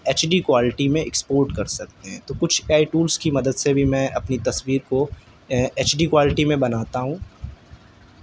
H D quality میں export کر سکتے ہیں تو کچھ ٹائی ٹولس کی مدد سے بھی میں اپنی تصویر کو ایچ ڈی کوالٹی میں بناتا ہوں